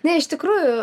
ne iš tikrųjų